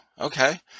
okay